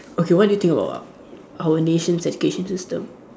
okay what do you think about our nation's education system